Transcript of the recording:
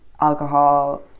alcohol